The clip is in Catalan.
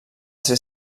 ser